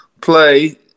play